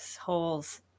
holes